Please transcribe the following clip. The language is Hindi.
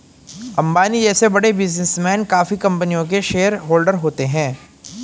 अंबानी जैसे बड़े बिजनेसमैन काफी कंपनियों के शेयरहोलडर होते हैं